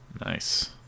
Nice